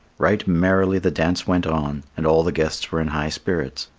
right merrily the dance went on, and all the guests were in high spirits.